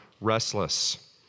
restless